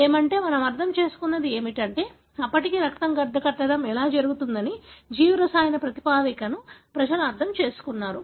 ఏమంటే మనం అర్థం చేసుకున్నది ఏమిటంటే అప్పటికి రక్తం గడ్డకట్టడం ఎలా జరుగుతుందనే జీవరసాయన ప్రాతిపదికను ప్రజలు అర్థం చేసుకున్నారు